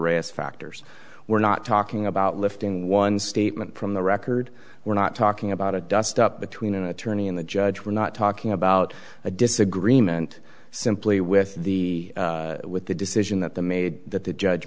risk factors we're not talking about lifting one statement from the record we're not talking about a dust up between an attorney and the judge we're not talking about a disagreement simply with the with the decision that the made that the judge